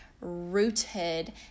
rooted